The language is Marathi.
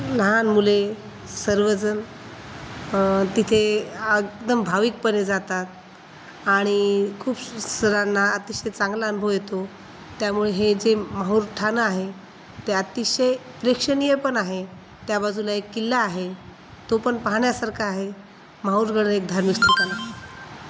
लहान मुले सर्वजण तिथे एकदम भाविकपणे जातात आणि खूप सरांना अतिशय चांगला अनुभव येतो त्यामुळे हे जे माहूर ठाणं आहे ते अतिशय प्रेक्षणीय पण आहे त्या बाजूला एक किल्ला आहे तो पण पाहण्यासारखा आहे माहूरगड एक धार्मिक ठिकाण आहे